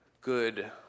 good